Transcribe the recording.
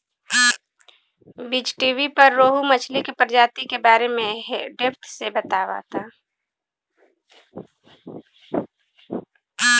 बीज़टीवी पर रोहु मछली के प्रजाति के बारे में डेप्थ से बतावता